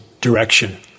direction